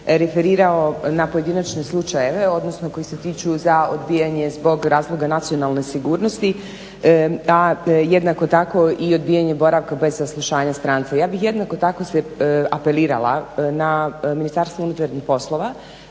referirao na pojedinačne slučajeve, odnosno koji se tiču za odbijanje zbog razloga nacionalne sigurnosti, a jednako tako i odbijanje boravka bez saslušanja stranca. Ja bih jednako tako se apelirala na Ministarstvo unutarnjih poslova